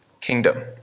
kingdom